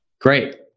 great